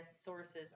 sources